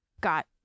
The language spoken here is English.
got